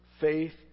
faith